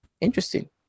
interesting